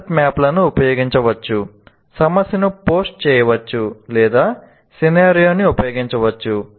concept మ్యాప్లను ఉపయోగించవచ్చు సమస్యను పోస్ట్ చేయవచ్చు లేదా స్కీనారియోని ఉపయోగించవచ్చు